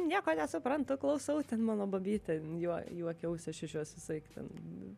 nieko nesuprantu klausau ten mano babytė juo juokiausi aš iš jos visaik ten